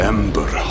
Ember